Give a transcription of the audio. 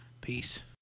Peace